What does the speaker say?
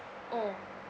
mm